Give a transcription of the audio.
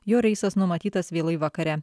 jo reisas numatytas vėlai vakare